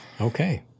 Okay